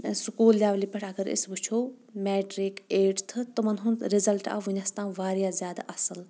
school لیولہِ پٮ۪ٹھ اگر أسۍ وٕچھو میٹرِک ایٹھتھہٕ تٔمن ہُنٛد رِزلٹ آو وُنِس تام واریاہ زیادٕ اَصل